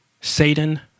Satan